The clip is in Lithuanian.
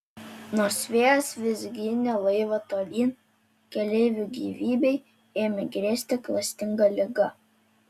nors vėjas vis ginė laivą tolyn keleivių gyvybei ėmė grėsti klastinga liga